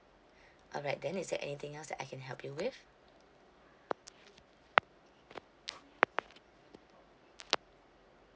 alright then is there anything else that I can help you with